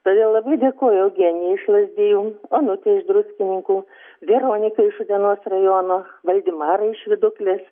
todėl labai dėkoju eugenijai iš lazdijų onutei iš druskininkų veronikai iš utenos rajono valdimarui iš viduklės